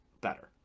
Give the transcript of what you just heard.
better